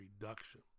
reduction